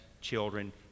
children